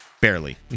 barely